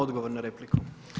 Odgovor na repliku.